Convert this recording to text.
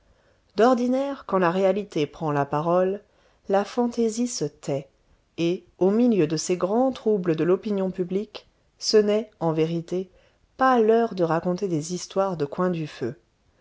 d'ordinaire quand la réalité prend la parole la fantaisie se tait et au milieu de ces grands troubles de l'opinion publique ce n'est en vérité pas l'heure de raconter des histoires de coin du feu